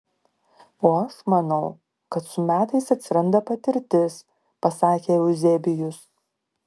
o aš manau kad su metais atsiranda patirtis pasakė euzebijus